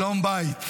שלום בית.